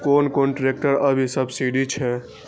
कोन कोन ट्रेक्टर अभी सब्सीडी छै?